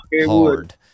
hard